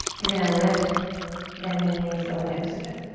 you're gonna lift the knees over the hips again.